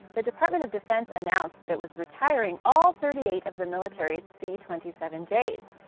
the department of defense announced that it was retiring all thirty eight of the military's c twenty seven j's.